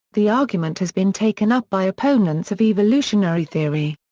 the argument has been taken up by opponents of evolutionary theory.